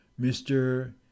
Mr